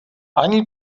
ani